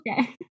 Okay